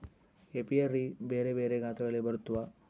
apiary ಬೆರೆ ಬೆರೆ ಗಾತ್ರಗಳಲ್ಲಿ ಬರುತ್ವ